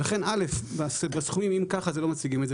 ולכן א' בסכומים אם ככה זה לא מציגים את זה,